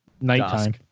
nighttime